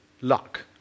luck